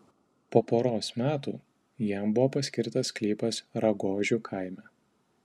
po poros metų jam buvo paskirtas sklypas ragožių kaime